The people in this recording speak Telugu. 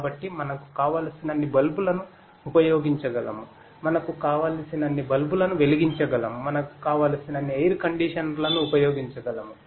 కాబట్టి మనకు కావలసినన్ని బల్బులను ఉపయొగించ గలము మనకు కావలసినన్ని బల్బులను వెలిగించగలము మనకు కావలసినన్ని ఎయిర్ కండీషనర్లను ఉపయొగించ గలము